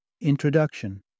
Introduction